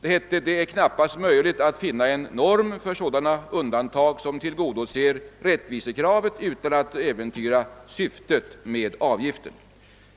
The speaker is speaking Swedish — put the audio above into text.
Det hette att det knappast är möjligt att finna en norm för sådana undantag som tillgodoser rättvisekravet utan att äventyra syftet med avgiften.